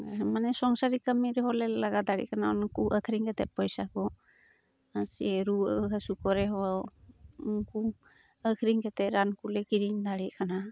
ᱥᱚᱝᱥᱟᱨ ᱨᱮ ᱠᱟᱹᱢᱤᱨᱮ ᱦᱚᱸ ᱞᱮ ᱞᱟᱜᱟᱣ ᱫᱟᱲᱮᱜ ᱠᱟᱱᱟ ᱩᱱᱠᱩ ᱟᱹᱠᱷᱨᱤᱧ ᱠᱟᱛᱮᱫ ᱯᱟᱭᱥᱟᱠᱚ ᱨᱩᱣᱟᱹᱼᱦᱟᱹᱥᱩ ᱠᱚᱨᱮ ᱦᱚᱸ ᱩᱱᱠᱩ ᱟᱹᱠᱷᱨᱤᱧ ᱠᱟᱛᱮᱫ ᱨᱟᱱᱠᱚ ᱞᱮ ᱠᱤᱨᱤᱧ ᱫᱟᱲᱮᱜ ᱠᱟᱱᱟ